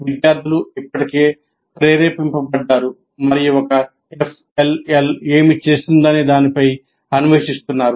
విద్యార్థులు ఇప్పటికే ప్రేరేపించబడ్డారు మరియు ఒక FLL ఏమి చేస్తుందనే దానిపై అన్వేషిస్తున్నారు